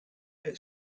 est